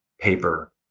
paper